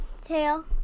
tail